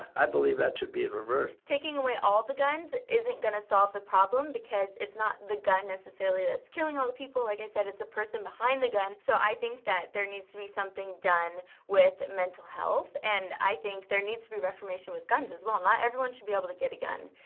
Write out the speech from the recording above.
i believe that should be in reverse. taking away all the guns isn't gonna solve the problem because it's not the gun necessarily that's killing all the people. like i said, it's the person behind the gun. so i think that there needs to be something done with mental health and i think there needs to be reformation with guns as well. not everyone should be able to get a gun.